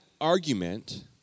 argument